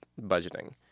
budgeting